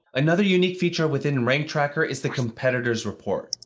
another unique feature within rank tracker is the competitors report.